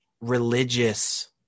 religious